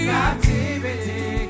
captivity